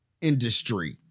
industry